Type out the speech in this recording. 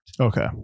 okay